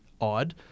odd